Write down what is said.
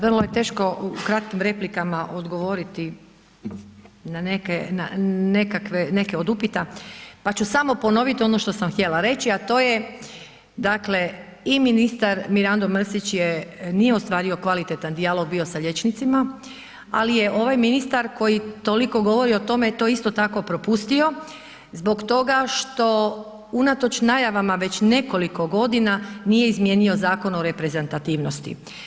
Vrlo je teško u kratkim replikama odgovoriti na neke od upita pa ću samo ponoviti ono što sam htjela reći a to je dakle i ministar Mirando Mrsić je, nije ostvario kvalitetan dijalog bio sa liječnicima ali je ovaj ministar koji toliko govori o tome to isto tako propustio zbog toga što unatoč najavama već nekoliko godina nije izmijenio Zakon o reprezentativnosti.